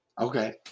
okay